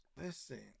Listen